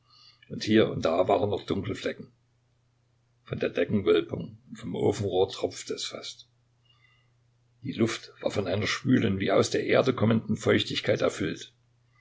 und hier und da waren noch dunkle flecken von der deckenwölbung und vom ofenrohr tropfte es fast die luft war von einer schwülen wie aus der erde kommenden feuchtigkeit erfüllt